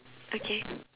okay